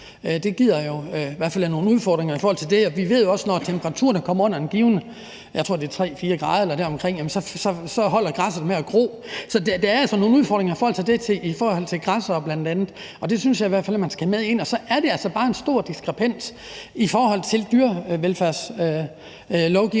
Det giver i hvert fald nogle udfordringer i forhold til det. Vi ved også, at når temperaturen kommer under, jeg tror, det er 3-4 grader eller deromkring, så holder græsset op med at gro. Så der er nogle udfordringer i forhold til bl.a. græssere, og det synes jeg i hvert fald man skal have med ind. Og så er der altså bare en stor diskrepans i forhold til dyrevelfærdslovgivningen,